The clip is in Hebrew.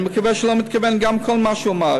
אני מקווה שהוא לא מתכוון גם לכל מה שהוא אמר.